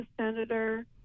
senator